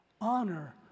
Honor